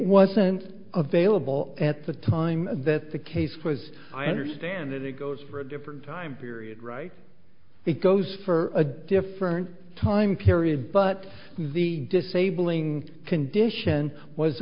available at the time that the case was i understand that it goes for a different time period right it goes for a different time period but the disabling condition was